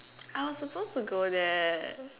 I was supposed to go there